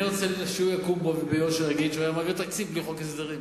אני רוצה שהוא יקום פה וביושר יגיד שהוא יעביר תקציב בלי חוק הסדרים.